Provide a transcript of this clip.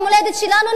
במולדת שלנו,